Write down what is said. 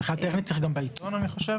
מבחינה טכנית צריך גם בעיתון אני חושב?